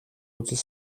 үзэл